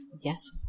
yes